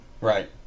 Right